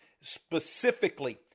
specifically